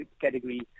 category